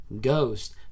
ghost